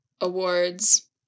Awards